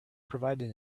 provided